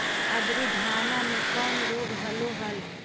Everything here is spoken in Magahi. अबरि धाना मे कौन रोग हलो हल?